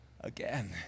again